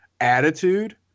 attitude